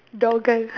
door girl